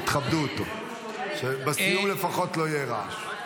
כבדו אותו, שבסיום לפחות לא יהיה רעש.